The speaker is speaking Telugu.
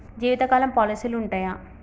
జీవితకాలం పాలసీలు ఉంటయా?